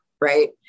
Right